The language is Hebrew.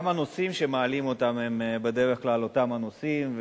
גם הנושאים שמעלים הם בדרך כלל אותם הנושאים.